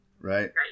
right